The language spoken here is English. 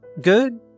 Good